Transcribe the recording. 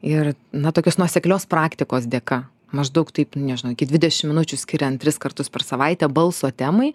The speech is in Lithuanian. ir na tokios nuoseklios praktikos dėka maždaug taip nežinau iki dvidešim minučių skiriant tris kartus per savaitę balso temai